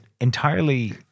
entirely